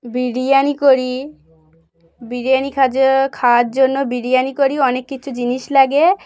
বিরিয়ানি করি বিরিয়ানি খাজ খাওয়ার জন্য বিরিয়ানি করি অনেক কিছু জিনিস লাগে